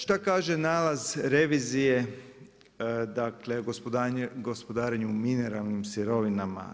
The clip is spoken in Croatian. Šta kaže nalaz revizije, dakle, gospodarenje mineralnim sirovinama.